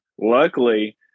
Luckily